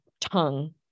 tongue